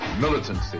militancy